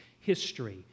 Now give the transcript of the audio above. history